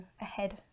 ahead